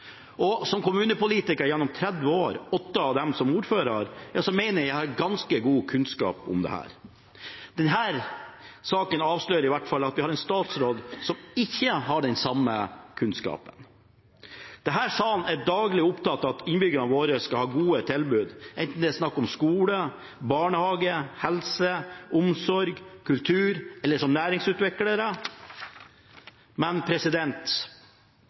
ønsker. Som kommunepolitiker gjennom 30 år, åtte av dem som ordfører, mener jeg at jeg har ganske god kunnskap om dette. Denne saken avslører i hvert fall at vi har en statsråd som ikke har den samme kunnskapen. Denne salen er daglig opptatt av at innbyggerne våre skal ha gode tilbud, enten det er snakk om skole, barnehage, helse, omsorg eller kultur eller som næringsutviklere. Men